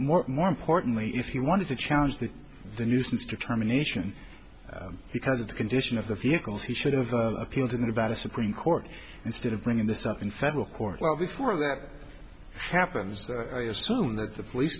there more importantly if he wanted to challenge that the nuisance determination because of the condition of the vehicles he should have appealed in about a supreme court instead of bringing this up in federal court well before that happens assume that the police